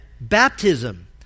baptism